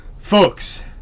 Folks